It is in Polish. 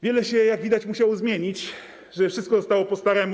Wiele się, jak widać, musiało zmienić, żeby wszystko zostało po staremu.